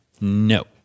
No